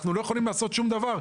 אנחנו לא יכולים לעשות שום דבר.